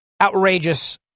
outrageous